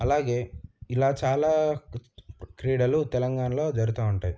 అలాగే ఇలా చాలా క్రీడలు తెలంగాణలో జరుగుతూ ఉంటాయి